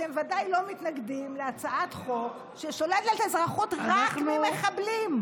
אתם ודאי לא מתנגדים להצעת חוק ששוללת אזרחות רק ממחבלים.